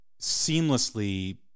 seamlessly